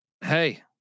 hey